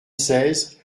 seize